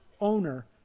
owner